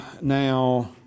now